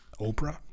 Oprah